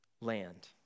land